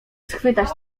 schwytać